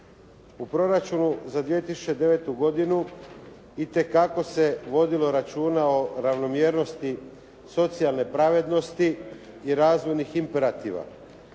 U proračunu za 2009. godinu itekako se vodilo računa o ravnomjernosti socijalne pravednosti i razvojnih imperativa.